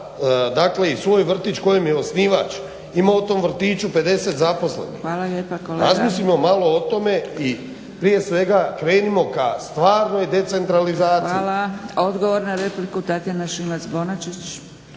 ima i svoj vrtić kojem je osnivač. Ima u tom vrtiću 50 zaposlenih. Razmislimo malo o tome i prije svega krenimo k stvarnoj decentralizaciji. **Zgrebec, Dragica (SDP)** Hvala. Odgovor na repliku Tatjna Šimac-Bonačić.